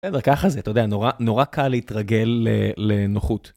וככה זה, אתה יודע, נורא קל להתרגל לנוחות.